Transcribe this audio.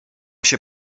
się